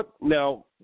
Now